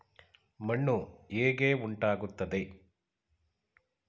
ಮಣ್ಣು ಹೇಗೆ ಉಂಟಾಗುತ್ತದೆ?